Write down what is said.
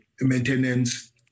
maintenance